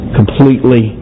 completely